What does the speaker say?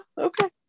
okay